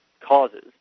causes